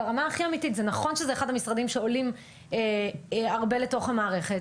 ברמה הכי אמיתית: זה נכון שזה אחד המשרדים שעולים הרבה לתוך המערכת,